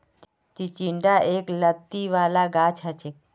चिचिण्डा एक लत्ती वाला गाछ हछेक